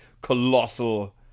colossal